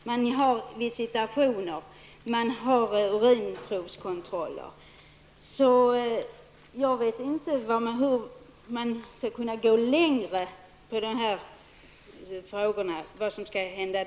Det görs visitationer och kontroller genom urinprov. Jag vet inte vad man skulle kunna göra mera för att komma längre i det här sammanhanget.